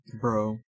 Bro